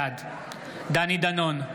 בעד דני דנון,